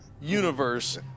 universe